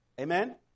Amen